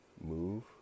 move